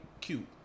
cute